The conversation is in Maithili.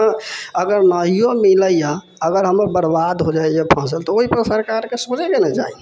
हँ अगर नहियो मिलैया अगर हमर बर्बाद हो जइया फसल तऽ ओहिपर सरकार के सोचै के न चाही